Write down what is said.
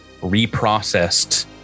reprocessed